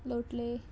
लोटले